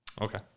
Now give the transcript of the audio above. Okay